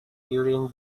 during